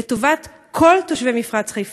לטובת כל תושבי מפרץ חיפה.